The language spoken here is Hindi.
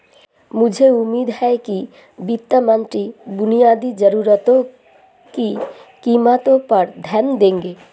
मुझे उम्मीद है कि वित्त मंत्री बुनियादी जरूरतों की कीमतों पर ध्यान देंगे